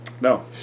No